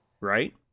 right